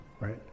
right